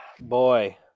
boy